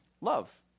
love